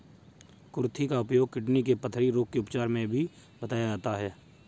कुर्थी का उपयोग किडनी के पथरी रोग के उपचार में भी बताया जाता है